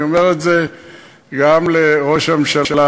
אני אומר את זה גם לראש הממשלה,